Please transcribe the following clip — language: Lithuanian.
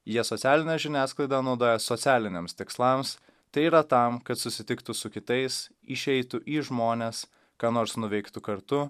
jie socialinę žiniasklaidą naudoja socialiniams tikslams tai yra tam kad susitiktų su kitais išeitų į žmones ką nors nuveiktų kartu